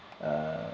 err